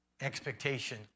expectation